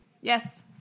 yes